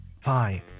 Fine